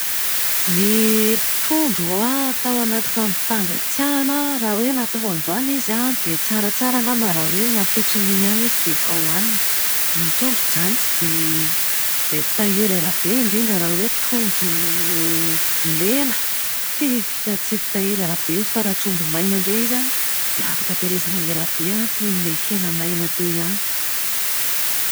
Ny trondro an, atao anaty fampangatsiahana raha hoe natao androany izy an, dia tsaratsara angamba raha hoe ny ampitson'iny ihany izy dia efa hohanina. Ny trondro zany tsy dia tsy dia fitahiry ela be indrindra raha hoe trondro lena. Tsy fi- tsy fitahiry ela be izy fa raha trondro maina indray izy an, dia afaka tahirizina ela be an, toin'ilay hena maina teo ihany.